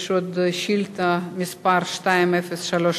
יש עוד שאילתא, מס' 2032,